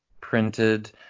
printed